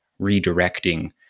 redirecting